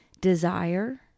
desire